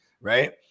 right